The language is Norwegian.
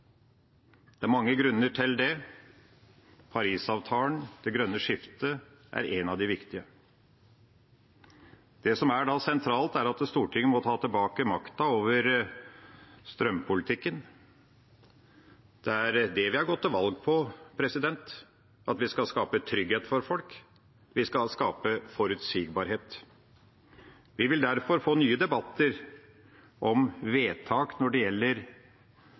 Det er mange grunner til det, og Parisavtalen, det grønne skiftet, er en av de viktige. Det som da er sentralt, er at Stortinget må ta tilbake makta over strømpolitikken. Det er det vi har gått til valg på, at vi skal skape trygghet for folk, vi skal skape forutsigbarhet. Vi vil derfor få nye debatter om vedtak når det gjelder